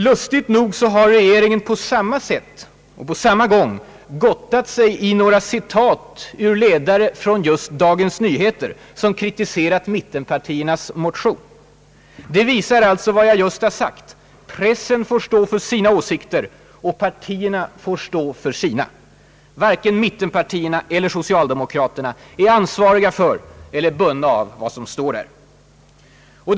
Lustigt nog har regeringen på samma gång gottat sig åt några citat ur ledare i just Dagens Nyheter, som kritiserat mittenpartiernas motion. Det visar alltså vad jag just har sagt: pressen får stå för sina åsikter och partierna för sina. Varken mittenpartierna eller socialdemokraterna är ansvariga för eller bundna av vad som står i tidningarna.